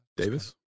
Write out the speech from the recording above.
Davis